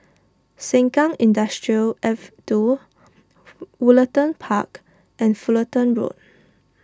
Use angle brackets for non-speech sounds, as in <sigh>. Sengkang Industrial Ave two <noise> Woollerton Park and Fullerton Road